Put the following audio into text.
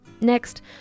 Next